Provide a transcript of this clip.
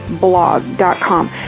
blog.com